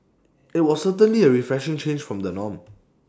IT was certainly A refreshing change from the norm